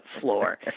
floor